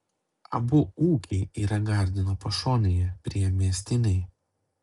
abu ūkiai yra gardino pašonėje priemiestiniai